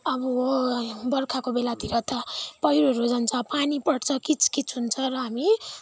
आब बर्खाको बेलातिर त पहिरोहेरू जान्छ पानी पर्छ किचकिच हुन्छ र हामी